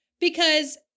because-